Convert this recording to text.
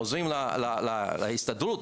עוזרים להסתדרות,